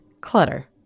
clutter